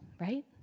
right